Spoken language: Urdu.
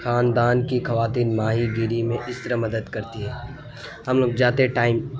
خاندان کی خواتین ماہی گیری میں اس طرح مدد کرتی ہیں ہم لوگ جاتے ٹائم